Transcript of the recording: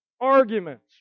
arguments